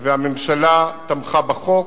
והממשלה תמכה בחוק,